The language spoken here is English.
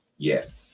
Yes